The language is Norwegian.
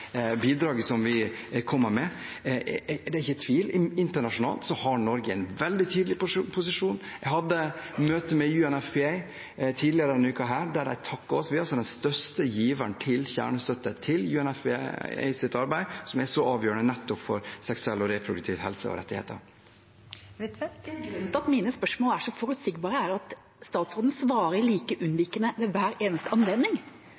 bidraget som vi kommer med, er det ikke tvil: Internasjonalt har Norge en veldig tydelig posisjon. Jeg hadde møte med UNFPA tidligere denne uken der de takket oss. Vi er altså den største giveren til kjernestøtte, til UNFPAs arbeid, som er så avgjørende nettopp for seksuell og reproduktiv helse og rettigheter. Grunnen til at mine spørsmål er så forutsigbare, er at statsråden svarer like unnvikende ved hver eneste anledning.